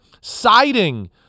siding